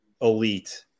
elite